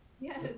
Yes